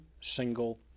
single